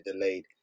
delayed